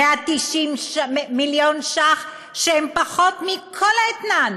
190 מיליון ש"ח שהם פחות מכל האתנן